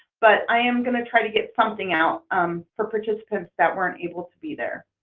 but i am going to try to get something out um for participants that weren't able to be there